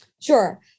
Sure